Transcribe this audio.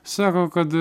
sako kad